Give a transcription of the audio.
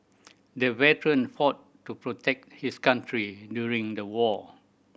the veteran fought to protect his country during the war